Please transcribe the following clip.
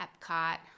epcot